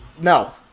No